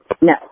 No